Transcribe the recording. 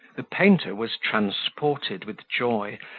the painter was transported with joy,